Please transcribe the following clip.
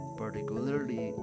particularly